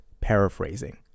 paraphrasing